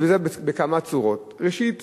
וזה בכמה צורות: ראשית,